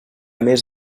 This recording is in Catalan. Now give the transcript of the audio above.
més